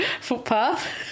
footpath